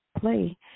play